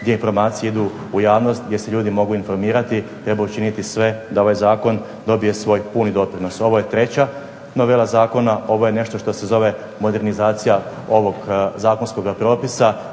gdje informacije idu u javnost, gdje se ljudi mogu informirati, treba učiniti sve da ovaj zakon dobije svoj puni doprinos. Ovo je treća novela zakona, ovo je nešto što se zove modernizacija ovog zakonskoga propisa,